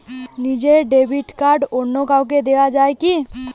নিজের debit card অন্য কাউকে দেওয়া যায় কি না?